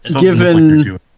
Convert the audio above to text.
given